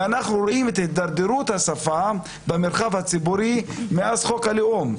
אנחנו רואים את הידרדרות השפה במרחב הציבורי מאז חוק הלאום.